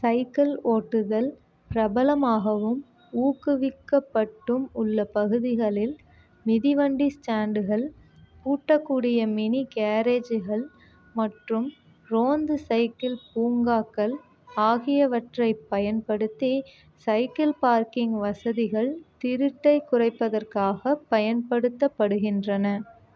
cycle ஓட்டுதல் பிரபலமாகவும் ஊக்குவிக்கப்பட்டும் உள்ள பகுதிகளில் மிதிவண்டி ஸ்டாண்டுகள் பூட்டக்கூடிய மினி கேரேஜ்கள் மற்றும் ரோந்து சைக்கிள் பூங்காக்கள் ஆகியவற்றைப் பயன்படுத்தி சைக்கிள் பார்க்கிங் வசதிகள் திருட்டைக் குறைப்பதற்காகப் பயன்படுத்தப்படுகின்றன